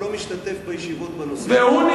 הוא לא משתתף בישיבות בנושא הזה,